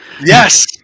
Yes